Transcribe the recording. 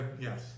Yes